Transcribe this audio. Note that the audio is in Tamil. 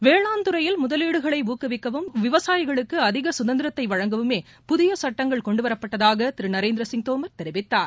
வேளாண்துறையில் முதலீடுகளை ஊக்குவிக்கவும் விவசாயிகளுக்கு அதிக வழங்கவுமே புதிய சட்டங்கள் கொண்டு வரப்பட்டதாக திரு நரேந்திர சிங் தோமர் தெரிவித்தார்